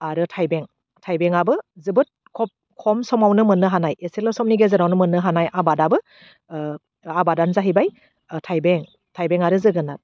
आरो थाइबें थाइबेंआबो जोबोद खब खम समावनो मोनोन हानाय एसे समनि गेजेरावनो मोननो हानाय आबादआबो ओह आबादआनो जाहैबाय ओह थाइबें थाइबें आरो जोगोनार